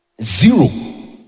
Zero